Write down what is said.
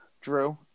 Drew